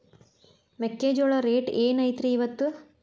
ಮೆಕ್ಕಿಜೋಳ ರೇಟ್ ಏನ್ ಐತ್ರೇ ಇಪ್ಪತ್ತು?